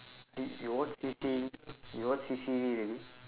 eh you watch C_C you watch C_C_E already